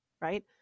right